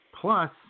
Plus